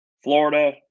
Florida